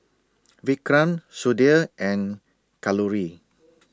Vikram Sudhir and Kalluri